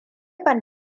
ban